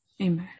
Amen